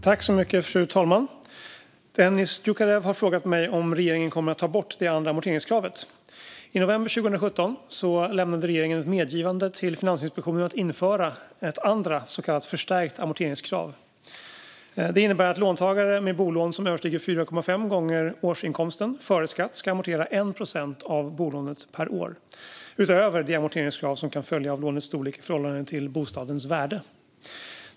Fru talman! Dennis Dioukarev har frågat mig om regeringen kommer att ta bort det andra amorteringskravet. I november 2017 lämnade regeringen ett medgivande till Finansinspektionen att införa ett andra - så kallat förstärkt - amorteringskrav. Detta innebär att låntagare med bolån som överstiger 4,5 gånger årsinkomsten före skatt ska amortera 1 procent av bolånet per år, utöver det amorteringskrav som kan följa av lånets storlek i förhållande till bostadens värde.